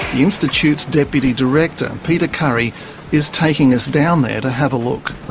institute's deputy director peter currie is taking us down there to have a look.